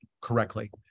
correctly